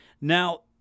Now